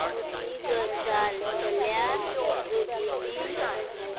मुशी गजांतल्या जगीनी